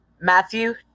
Matthew